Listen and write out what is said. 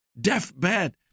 deathbed